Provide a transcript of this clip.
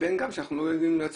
לבין שאנחנו לא יודעים לעצמנו.